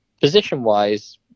position-wise